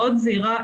מאוד זהירה,